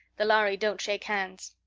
the lhari don't shake hands.